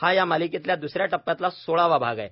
हा या मालिकेच्या द्सऱ्या टप्प्यातला सोळावा भाग आहे